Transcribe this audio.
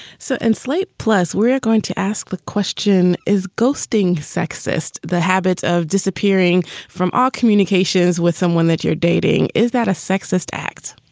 so and slate plus, we're going to ask the question, is ghosting sexist the habit of disappearing from all communications with someone that you're dating? is that a sexist act?